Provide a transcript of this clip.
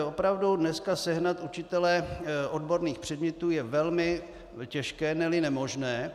Opravdu dneska sehnat učitele odborných předmětů je velmi těžké, neli nemožné.